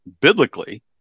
biblically